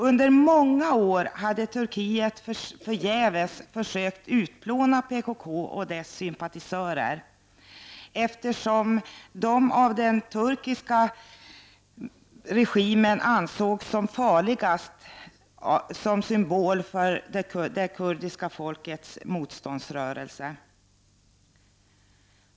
Under många år hade Turkiet förgäves försökt utplåna PKK och dess sympatisörer, eftersom de av den turkiska regimen sågs som farligast som symbol för det kurdiska folkets motståndsrörelse.